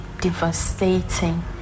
devastating